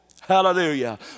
hallelujah